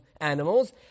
animals